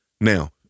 Now